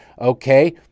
Okay